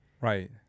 Right